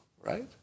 right